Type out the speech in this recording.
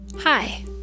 Hi